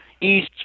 east